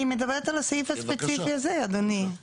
אני מדברת על הסעיף הספציפי הזה, אדוני.